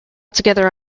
together